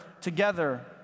Together